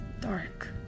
dark